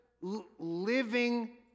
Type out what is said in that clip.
living